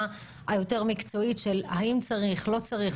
היותר מקצועית של האם צריך או לא צריך.